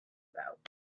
about